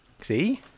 See